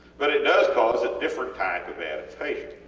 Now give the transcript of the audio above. but it does cause a different type of adaptation